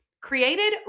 created